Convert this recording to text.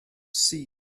sul